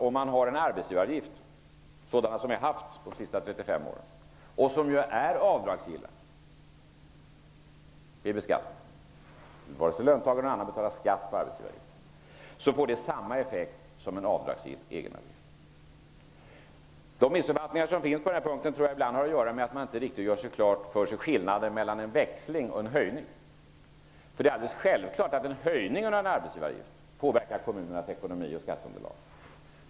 Om man har en arbetsgivaravgift sådan som vi har haft de senaste 35 åren och som ju är avdragsgill vid beskattningen -- vare sig löntagarna eller några andra betalar skatt på arbetsgivaravgifterna -- får det samma effekt som en avdragsgill egenavgift. De missuppfattningar som finns på den här punkten har ibland, tror jag, att göra med att man inte gör riktigt klart för sig skillnaden mellan en växling och en höjning. Det är självklart att en höjning av en arbetsgivaravgift påverkar kommunernas ekonomi och skatteunderlag.